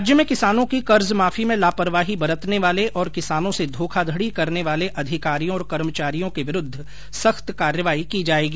प्रदेश में किसानों की कर्जमाफी में लापरवाही बरतने वाले और किसानों से धोखाधड़ी करने वाले अधिकारियों और कर्मचारियों के विरूद्ध सख्त कार्यवाही की जायेगी